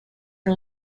are